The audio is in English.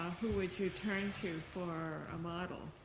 who would you turn to for a model?